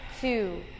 two